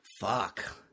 fuck